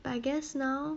but I guess now